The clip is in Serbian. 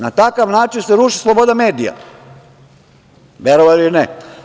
Na takav način se ruši sloboda medija, verovali ili ne.